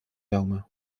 jaume